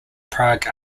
prague